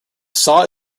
saw